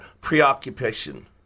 preoccupation